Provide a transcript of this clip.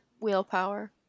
willpower